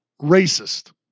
racist